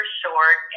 short